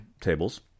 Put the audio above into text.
tables